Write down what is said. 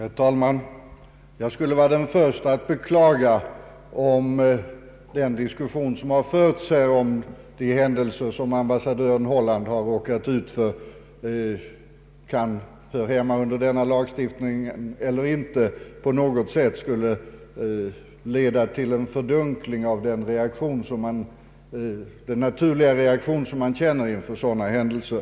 Herr talman! Jag skulle vara den förste att beklaga, om den diskussion som här förts om huruvida de händelser, som ambassadör Holland har råkat ut för, kan höra hemma under den lagstiftning det här gäller eller inte, på något sätt skulle leda till en fördunkling av den naturliga reaktion man känner inför sådana händelser.